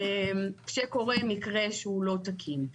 כשקורה מקרה שהוא לא תקין.